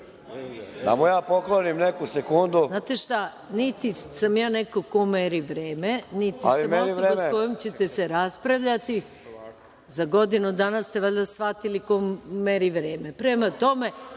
mu ja poklonim neku sekundu? **Maja Gojković** Znate šta, niti sam ja neko ko meri vreme, niti sam osoba sa kojom ćete se raspravljati. Za godinu dana ste valjda shvatili ko meri vreme. Prema tome,